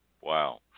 Wow